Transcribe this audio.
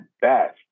best